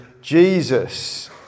Jesus